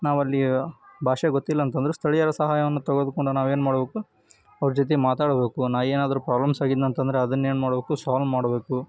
ನಾವಲ್ಲಿ ಭಾಷೆ ಗೊತ್ತಿಲ್ಲ ಅಂತ ಅಂದ್ರು ಸ್ಥಳೀಯರ ಸಹಾಯವನ್ನು ತೆಗೆದುಕೊಂಡು ನಾವು ಏನು ಮಾಡಬೇಕು ಅವ್ರ ಜೊತೆ ಮಾತಾಡಬೇಕು ನ್ ಏನಾದರೂ ಪ್ರಾಬ್ಲಮ್ಸ್ ಆಗಿದ್ನಂತಂದ್ರೆ ಅದನ್ನ ಏನು ಮಾಡಬೇಕು ಸಾಲ್ವ್ ಮಾಡಬೇಕು